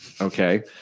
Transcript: okay